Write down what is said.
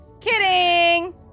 Kidding